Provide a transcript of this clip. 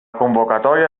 convocatòria